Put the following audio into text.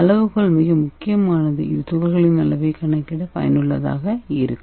அளவுகோல் மிகவும் முக்கியமானது இது துகள்களின் அளவைக் கணக்கிட பயனுள்ளதாக இருக்கும்